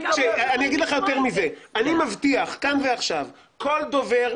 אני אגיד לך יותר מזה אני מבטיח כאן ועכשיו: כל דובר,